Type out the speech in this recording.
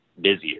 busier